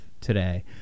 today